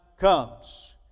comes